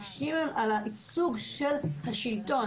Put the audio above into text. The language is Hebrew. מקשים על הייצוג של השלטון,